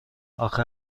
آخه